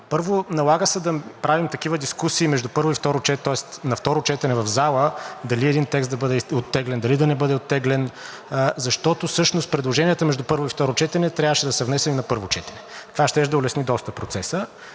Първо, налага се да правим такива дискусии между първо и второ четене, тоест на второ четене в зала – дали един текст да бъде оттеглен, дали да не бъде оттеглен, защото всъщност предложенията между първо и второ четене трябваше да са внесени на първо четене. Това щеше да улесни доста процеса